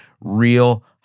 real